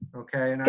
okay?